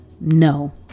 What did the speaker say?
no